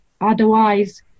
Otherwise